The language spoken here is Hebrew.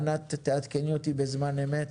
ענת, תעדכני אותי בזמן אמת.